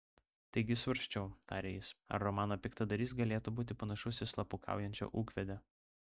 taigi svarsčiau tarė jis ar romano piktadarys galėtų būti panašus į slapukaujančią ūkvedę